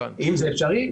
האם זה אפשרי?